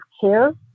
care